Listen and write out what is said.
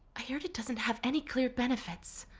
ah hear it it doesn't have any clear benefits.